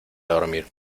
dormir